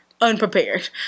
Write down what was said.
Unprepared